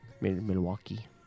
Milwaukee